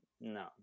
no